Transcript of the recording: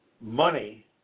money